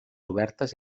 obertes